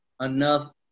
enough